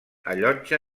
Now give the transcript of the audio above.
allotja